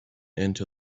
into